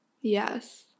Yes